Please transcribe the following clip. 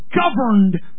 governed